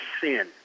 sin